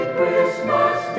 Christmas